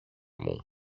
μου